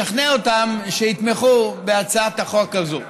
לשכנע אותם שיתמכו בהצעת החוק הזו,